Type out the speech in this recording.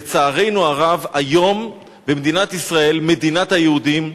לצערנו הרב, היום במדינת ישראל, מדינת היהודים,